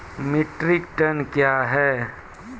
Metric ton कया हैं?